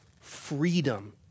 freedom